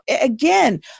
again